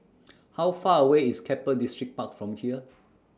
How Far away IS Keppel Distripark from here